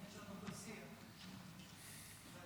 תודה